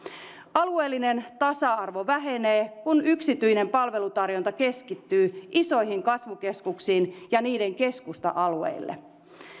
alueellinen tasa arvo vähenee kun yksityinen palvelutarjonta keskittyy isoihin kasvukeskuksiin ja niiden keskusta alueille